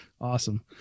Awesome